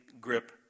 grip